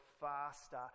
faster